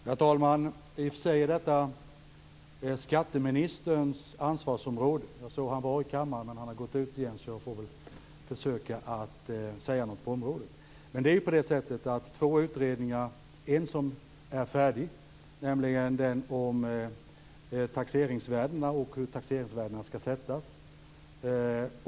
Herr talman! I och för sig är detta skatteministerns ansvarsområde. Jag såg honom nyss i kammaren, men han har gått ut igen. Jag får väl försöka säga något på området. En utredning är just färdig, nämligen den om hur taxeringsvärden skall sättas.